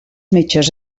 metges